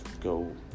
go